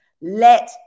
let